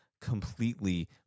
completely